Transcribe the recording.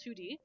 2D